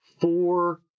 four